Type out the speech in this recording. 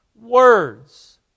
Words